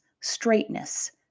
straightness